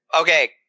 Okay